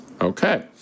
Okay